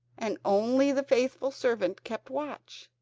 and only the faithful servant kept watch.